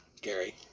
Gary